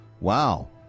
wow